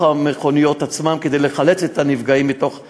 המכוניות עצמן כדי לחלץ את הנפגעים מתוך המנהרה.